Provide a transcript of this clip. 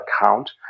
account